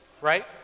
right